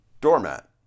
doormat